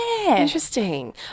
Interesting